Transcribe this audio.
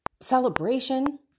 celebration